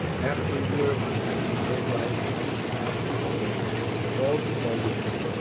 after a year of unhappy married life she meets a man of her own age, falls in love with him,